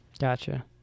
gotcha